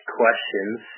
questions